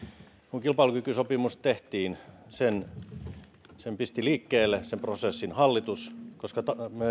kun kilpailukykysopimus tehtiin sen prosessin pisti liikkeelle hallitus koska